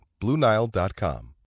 BlueNile.com